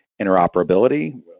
interoperability